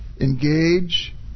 engage